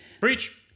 Breach